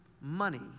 money